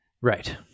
Right